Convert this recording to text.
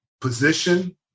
position